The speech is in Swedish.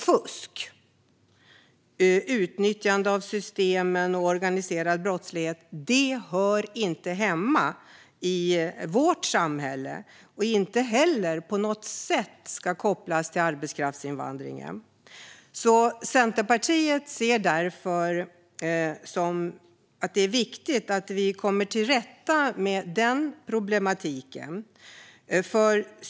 Fusk, utnyttjande av systemen och organiserad brottslighet hör inte hemma i vårt samhälle, och det ska inte på något sätt kopplas till arbetskraftsinvandringen. Centerpartiet anser därför att det är viktigt att vi kommer till rätta med denna problematik.